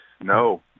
No